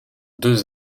deux